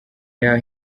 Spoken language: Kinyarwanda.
yaho